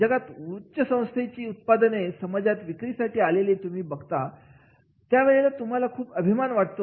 जगात उंच संस्थेची उत्पादने समाजात विक्रीसाठी आलेली तुम्ही बघता त्यावेळेला तुम्हाला खूप अभिमान वाटतो